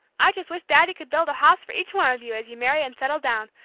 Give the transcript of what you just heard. i just wish daddy could build a house for each one of you, as you marry and settle down,